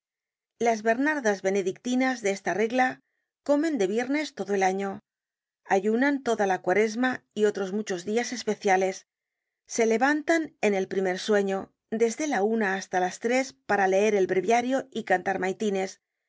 las bernardas benedictinas de esta regla comen de viernes todo el año ayunan toda la cuaresma y otros muchos dias especiales se levantan en el primer sueño desde la una hasta las tres para leer el breviario y cantar maitines